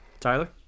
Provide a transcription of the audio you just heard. Tyler